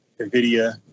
nvidia